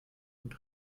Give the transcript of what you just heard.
und